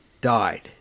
died